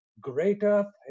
greater